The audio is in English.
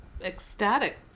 ecstatic